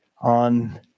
on